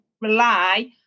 rely